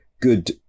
good